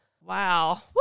Wow